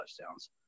touchdowns